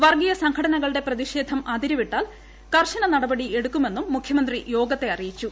വർഗ്ഗീയ സംഘടനകളുടെ പ്രതിഷേധം അതിരു വിട്ടാൽ കർശന നടപടിയെടുക്കുമെന്നും മുഖ്യമന്ത്രി യോഗത്തെ അറിയിച്ചു